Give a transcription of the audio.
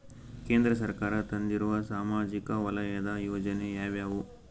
ಕೇಂದ್ರ ಸರ್ಕಾರ ತಂದಿರುವ ಸಾಮಾಜಿಕ ವಲಯದ ಯೋಜನೆ ಯಾವ್ಯಾವು?